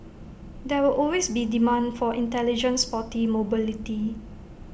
there will always be demand for intelligent sporty mobility